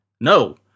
No